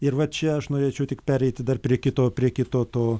ir va čia aš norėčiau tik pereiti dar prie kito prie kito to